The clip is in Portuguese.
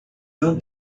não